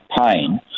pain